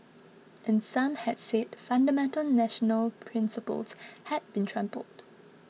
and some had said fundamental national principles had been trampled